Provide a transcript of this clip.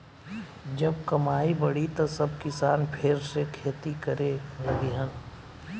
जब कमाई बढ़ी त सब किसान फेर से खेती करे लगिहन